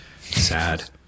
sad